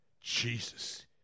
Jesus